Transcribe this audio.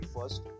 first